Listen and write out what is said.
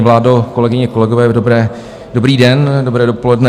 Vládo, kolegyně, kolegové, dobrý den, dobré dopoledne.